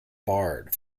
barred